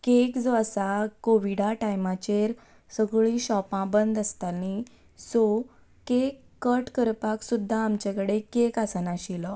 cake जो आसा कोविडा टायमाचेर सगळीं शॉपां बंद आसताली सो केक कट करपाक सुद्दां आमचे कडेन केक आसनाशिल्लो